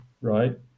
right